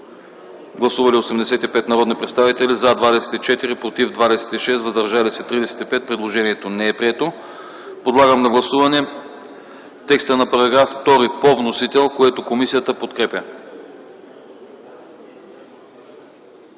Гласували 85 народни представители: за 24, против 26, въздържали се 35. Предложението не е прието. Подлагам на гласуване текста на § 2 по вносител, който комисията подкрепя.